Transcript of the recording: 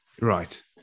Right